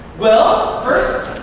well, first,